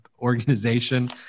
organization